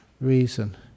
reason